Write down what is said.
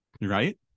right